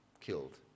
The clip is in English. killed